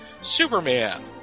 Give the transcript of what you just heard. Superman